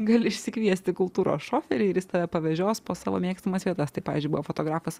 gali išsikviesti kultūros šoferį ir jis tave pavežios po savo mėgstamas vietas tai pavyzdžiui buvo fotografas